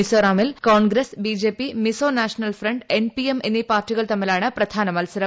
മിസോറാമിൽ Congress B J P Mizo national front N P M എന്നീ പാർട്ടികൾ തമ്മിലാണ് പ്രധാന മത്സരം